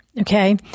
Okay